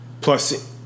plus